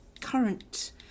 current